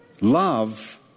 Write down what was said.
love